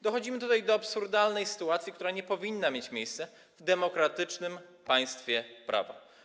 Dochodzimy tutaj do absurdalnej sytuacji, która nie powinna mieć miejsca w demokratycznym państwie prawa.